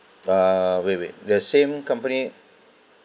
uh wait wait the same company